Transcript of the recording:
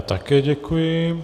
Také děkuji.